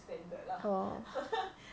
orh